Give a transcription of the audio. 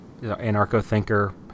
anarcho-thinker